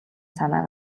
санааг